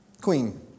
Queen